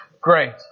great